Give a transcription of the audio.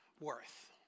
worth